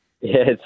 Yes